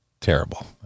Terrible